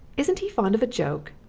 isn't he fond of a joke?